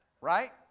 Right